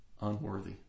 unworthy